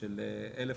של 1500,